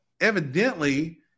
evidently